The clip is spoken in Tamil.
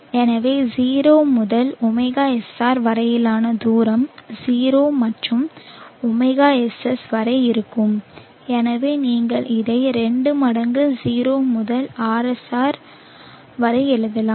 ஏனென்றால் 0 முதல் ωSR வரையிலான தூரம் 0 முதல் ωSS வரை இருக்கும் எனவே நீங்கள் இதை 2 மடங்கு 0 முதல் RSR வரை எழுதலாம்